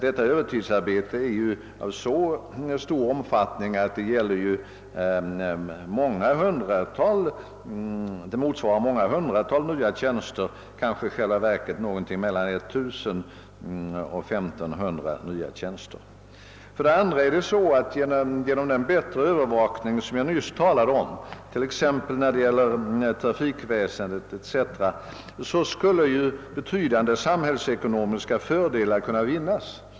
Detta övertidsarbete är så omfattande, att det motsvarar många hundratal nya tjänster — troligen i själva verket någonting mellan 1000 och 1500 nya tjänster. För det andra är det så att man genom den bättre övervakning jag nyss talat om, t.ex. när det gäller trafikväsendet, skulle kunna vinna betydande samhällsekonomiska fördelar.